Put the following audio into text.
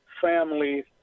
family